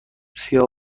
سیاه